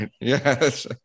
yes